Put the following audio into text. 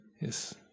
yes